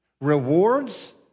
rewards